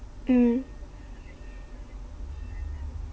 mm